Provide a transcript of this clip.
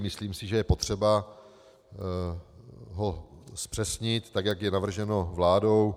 Myslím si, že je potřeba ho zpřesnit, tak jak je navrženo vládou.